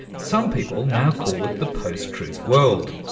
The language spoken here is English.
some people now call it the post truth world,